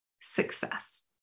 success